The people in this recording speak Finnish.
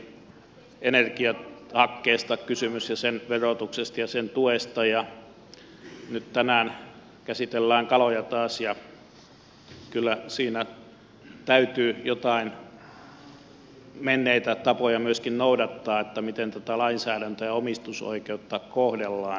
eilen oli energiahakkeesta kysymys ja sen verotuksesta ja sen tuesta ja nyt tänään käsitellään kaloja taas ja kyllä siinä täytyy myöskin joitain menneitä tapoja noudattaa siinä miten tätä lainsäädäntöä ja omistusoikeutta kohdellaan